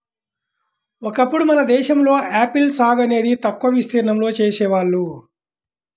ఒకప్పుడు మన దేశంలో ఆపిల్ సాగు అనేది తక్కువ విస్తీర్ణంలో చేసేవాళ్ళు